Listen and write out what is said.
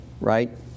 right